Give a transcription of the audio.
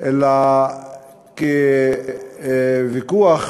אלא כוויכוח